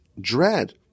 dread